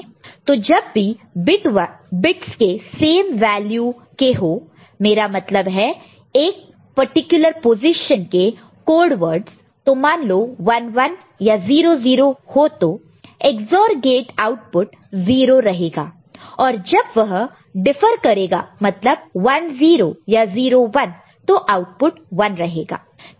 तो जब भी बिट्स सेम वैल्यू के हो मेरा मतलब है एक पॅटिक्यूलॅ पोजीशन के कोड वर्ड्ज़ तो मान लो 1 1 या 0 0 हो तो EX OR गेट आउटपुट 0 रहेगा और जब वह डिफर करेगा मतलब 1 0 या 0 1 तो आउटपुट 1 रहेगा